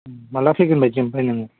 माब्ला फैगोन बायदि ओमफ्राय नोङो